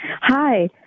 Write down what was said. Hi